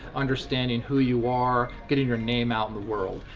understanding who you are, getting your name out in the world.